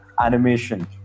animation